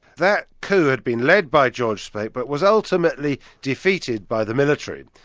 that coup had been led by george speight, but was ultimately defeated by the military.